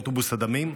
אוטובוס הדמים,